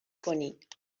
کنید